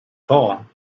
fall